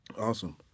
Awesome